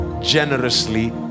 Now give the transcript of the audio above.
generously